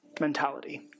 mentality